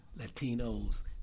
Latinos